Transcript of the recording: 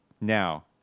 Now